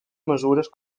mesures